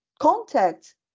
Contact